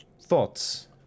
Thoughts